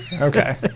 Okay